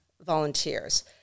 volunteers